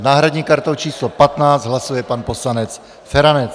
S náhradní kartou číslo 15 hlasuje pan poslanec Feranec.